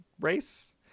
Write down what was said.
race